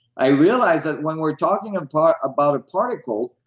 i realized that when we're talking about about a particle,